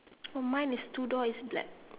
oh mine is two door is black